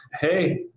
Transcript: hey